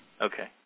Okay